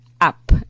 up